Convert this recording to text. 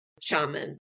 shaman